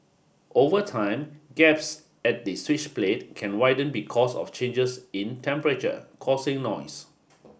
over time gaps at the switch plate can widen because of changes in temperature causing noise